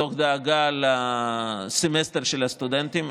מתוך דאגה לסמסטר של הסטודנטים.